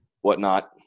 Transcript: whatnot